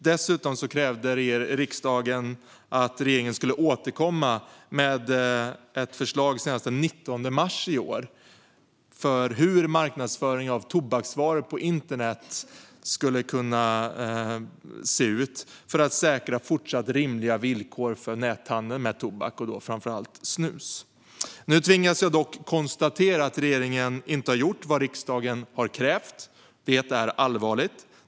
Dessutom krävde riksdagen att regeringen skulle återkomma med ett förslag senast den 19 mars i år på hur marknadsföring av tobaksvaror på internet skulle kunna se ut för att säkra fortsatt rimliga villkor för näthandeln med tobak, och då framför allt snus. Nu tvingas jag dock konstatera att regeringen inte har gjort vad riksdagen har krävt. Det är allvarligt.